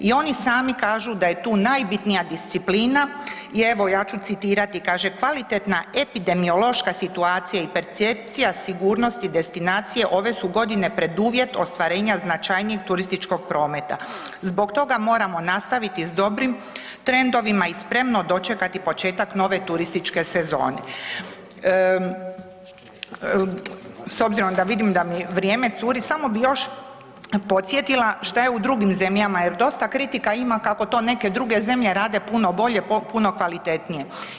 I oni sami kažu da je tu najbitnija disciplina i evo ja ću citirati kaže „kvalitetna epidemiološka situacija i percepcija sigurnosti destinacije ove su godine preduvjet ostvarenja značajnijeg turističkog prometa zbog toga moramo nastaviti s dobrim trendovima i spremno dočekati početak turističke sezone.“ S obzirom da vidim da mi vrijeme curi, samo bih još podsjetila šta je u drugim zemljama jer dosta kritika ima kako to neke druge zemlje rade puno bolje, puno kvalitetnije.